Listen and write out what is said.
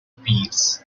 peers